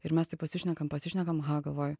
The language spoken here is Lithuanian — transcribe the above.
ir mes taip pasišnekam pasišnekam aha galvoju